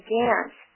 dance